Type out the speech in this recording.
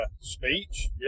speech